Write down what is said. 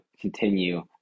continue